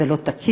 זה לא תקין,